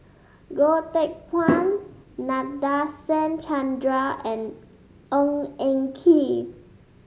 Goh Teck Phuan Nadasen Chandra and Ng Eng Kee